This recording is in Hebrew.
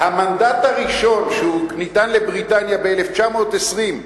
המנדט הראשון שניתן לבריטניה ב-1920,